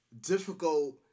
difficult